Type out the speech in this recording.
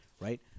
Right